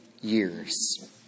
years